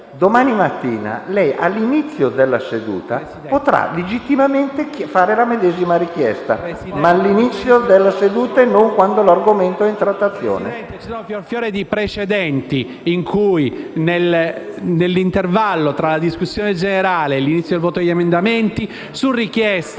domani mattina all'inizio della seduta potrà legittimamente fare la medesima richiesta. All'inizio della seduta, e non quando un argomento è in trattazione.